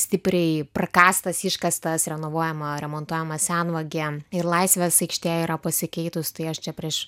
stipriai prakąstas iškastas renovuojama remontuojama senvagė ir laisvės aikštė yra pasikeitus tai aš čia prieš